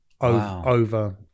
over